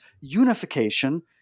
unification